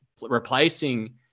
replacing